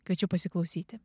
kviečiu pasiklausyti